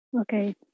Okay